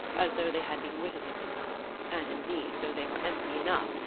as though they had been witticisms and, indeed, though they were empty enough,